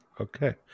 Okay